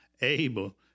able